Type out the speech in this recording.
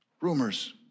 Rumors